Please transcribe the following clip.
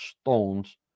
stones